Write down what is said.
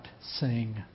sing